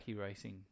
racing